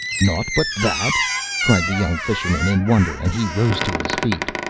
nought but that cried the young fisherman in wonder and he rose to his feet.